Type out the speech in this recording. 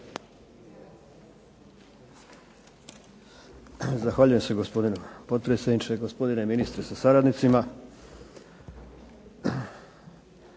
Zahvaljujem se gospodine potpredsjedniče, gospodine ministre sa suradnicima.